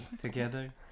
together